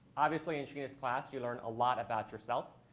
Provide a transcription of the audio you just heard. obviously, in sheena's class, you learn a lot about yourself.